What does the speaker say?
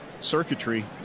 circuitry